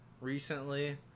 recently